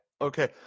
Okay